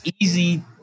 easy